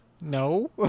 no